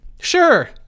Sure